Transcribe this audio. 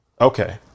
okay